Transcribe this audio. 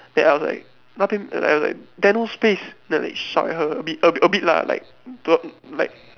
then I was like nothing I was like there no space then like shout at her a bit a a bit lah like to her like